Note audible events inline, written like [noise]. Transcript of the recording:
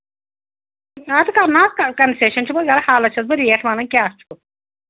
[unintelligible] concession حالَس چھَس بہٕ ریٹ وَنان کیٛاہ چھُ